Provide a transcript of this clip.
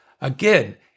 Again